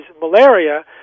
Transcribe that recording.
malaria